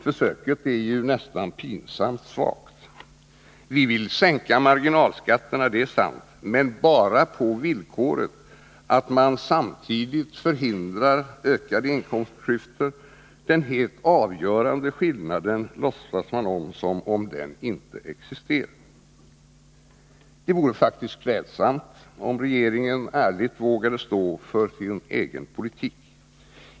Försöket är ju nästan pinsamt svagt. Vi vill sänka marginalskatterna, det är sant, men bara på villkoret att man samtidigt förhindrar ökade inkomstklyftor. Man låtsas som om den helt avgörande skillnaden inte existerar. Det vore faktiskt klädsamt, om regeringen ärligt vågade stå för sin egen politik.